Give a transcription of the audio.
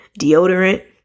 deodorant